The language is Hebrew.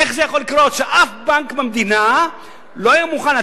איך זה יכול לקרות שאף בנק במדינה לא היה מוכן לתת